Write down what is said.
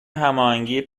هماهنگی